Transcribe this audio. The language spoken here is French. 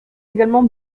également